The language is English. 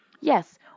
yes